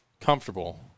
comfortable